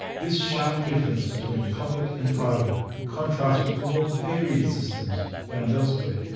this sharp difference between public and private contrasts with the more varied systems found elsewhere.